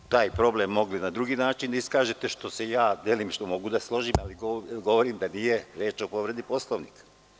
Vi ste taj problem mogli na drugi način da iskažete, sa čime delimično mogu da se složim, ali govorim da nije reč o povredi Poslovnika.